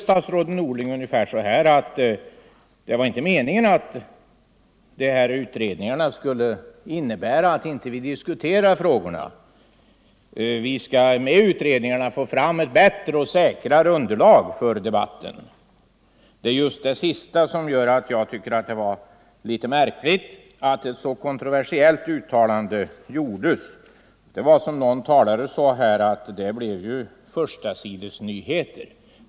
Statsrådet Norling säger ungefär så här: Meningen med det trafikpolitiska utredningsarbetet var inte att dessa frågor inte skulle diskuteras, utan utredningarna skulle i stället ge ett bättre och säkrare underlag för debatten. Det är dessa sista ord som gör att jag tycker att det är litet märkligt att ett så kontroversiellt uttalande gjordes. Det blev ju, som någon tidigare talare sade, en förstasidesnyhet.